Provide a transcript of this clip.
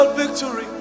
victory